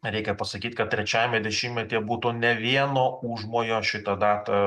reikia pasakyt kad trečiajame dešimtmetyje būtų ne vieno užmojo šitą datą